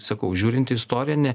sakau žiūrint į istorinę